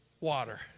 water